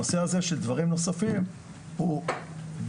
הנושא הזה של דברים נוספים הוא בבחינה